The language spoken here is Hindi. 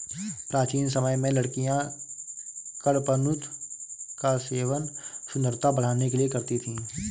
प्राचीन समय में लड़कियां कडपनुत का सेवन सुंदरता बढ़ाने के लिए करती थी